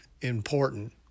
important